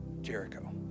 Jericho